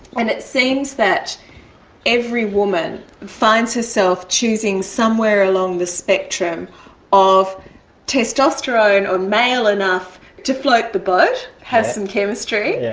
and it seems that every woman finds herself choosing somewhere along the spectrum of testosterone or male enough to float the boat, have some chemistry, yeah